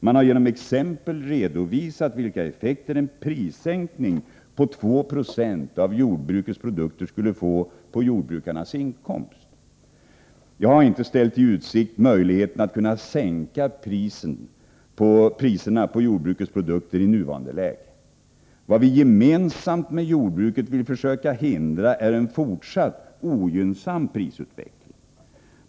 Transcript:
Man har genom exempel redovisat vilka effekter en prissänkning på 2960 av jordbrukets produkter skulle få på jordbrukarnas inkomst. Jag har inte ställt i utsikt möjligheten att kunna sänka priserna på jordbrukets produkter i nuvarande läge. Vad vi gemensamt med jordbruket vill försöka hindra är en fortsatt ogynnsam prisutveckling.